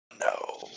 No